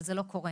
אבל זה לא קורה.